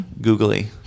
Googly